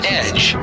edge